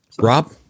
Rob